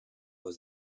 was